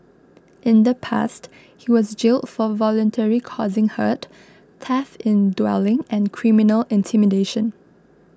in the past he was jailed for voluntarily causing hurt theft in dwelling and criminal intimidation